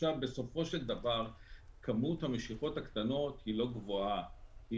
בסופו של דבר כמות המשיכות הקטנות היא לא גבוהה,